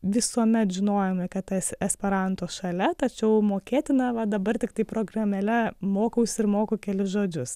visuomet žinojome kad tas esperanto šalia tačiau mokėtina va dabar tiktai programėle mokausi ir moku kelis žodžius